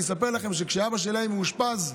אני אספר לכם שכשאבא שלי היה מאושפז,